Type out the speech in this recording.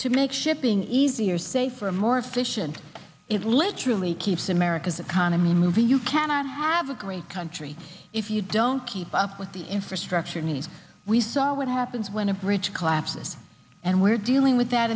to make shipping easier safer more efficient it literally keeps america's economy moving you cannot have a great country if you don't keep up with the infrastructure needs we saw what happens when a bridge collapses and we're dealing with that